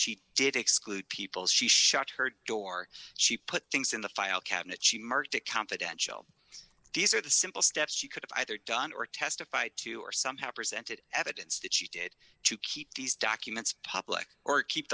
she did exclude people she shut her door she put things in the file cabinet she marked it confidential these are the simple steps she could have either done or testified to or somehow presented evidence that she did to keep these documents public or keep